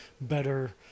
better